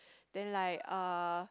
then like uh